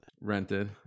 Rented